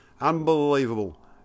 unbelievable